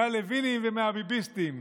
מהלוינים ומהביביסטים.